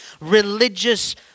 religious